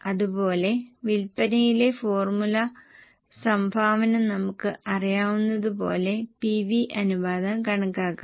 അതുപോലെ വിൽപ്പനയിലെ ഫോർമുല സംഭാവന നമുക്ക് അറിയാവുന്നപോലെ പിവി അനുപാതം കണക്കാക്കാം